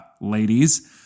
ladies